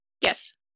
Yes